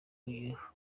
uyu